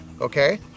okay